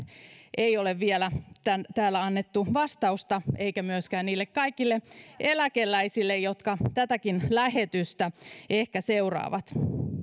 ei ole vielä täällä annettu vastausta eikä myöskään niille kaikille eläkeläisille jotka tätäkin lähetystä ehkä seuraavat